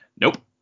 nope